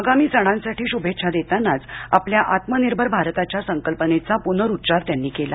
आगामी सणांसाठी शुभेच्छा देतानाच आपल्या आत्मनिर्भर भारताच्या संकल्पनेचा पुनरुच्चार त्यांनी केला